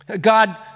God